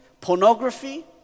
pornography